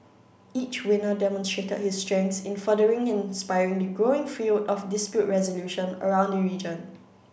each winner demonstrated his strengths in furthering and inspiring the growing field of dispute resolution around the region